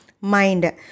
mind